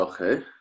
Okay